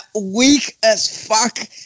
weak-as-fuck